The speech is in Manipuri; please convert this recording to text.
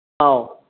ꯑꯧ